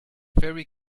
very